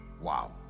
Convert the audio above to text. wow